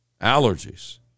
allergies